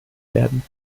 werden